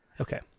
Okay